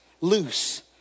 loose